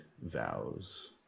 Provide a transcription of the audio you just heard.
vows